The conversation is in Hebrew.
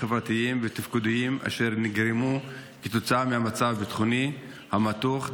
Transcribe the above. חברתיים ותפקודיים אשר נגרמו כתוצאה מהמצב הביטחוני המתוח,